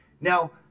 Now